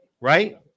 right